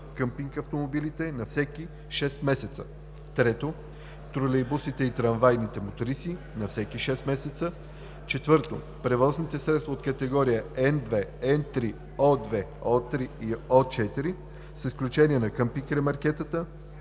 къмпинг-автомобилите – на всеки 6 месеца; 3. тролейбусите и трамвайните мотриси – на всеки 6 месеца; 4. превозните средства от категория N2, N3, O2, O3 и O4, с изключение на къмпинг-ремаркетата,